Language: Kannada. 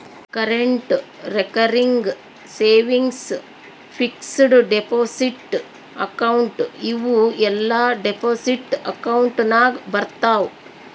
current, recurring, savings, fixed deposit account ಇವೂ ಎಲ್ಲಾ ಡೆಪೋಸಿಟ್ ಅಕೌಂಟ್ ನಾಗ್ ಬರ್ತಾವ್